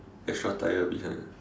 extra tire beside